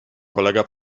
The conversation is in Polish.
kolega